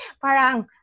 Parang